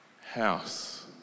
house